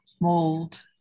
mold